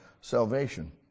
salvation